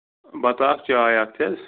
بَتہٕ اَکھ چاے اکھ تی حظ